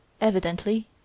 Evidently